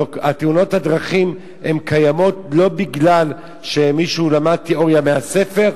תאונות הדרכים קיימות לא בגלל שמישהו למד תיאוריה מהספר,